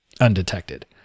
undetected